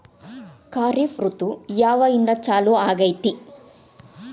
ಖಾರಿಫ್ ಋತು ಯಾವಾಗಿಂದ ಚಾಲು ಆಗ್ತೈತಿ?